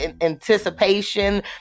anticipation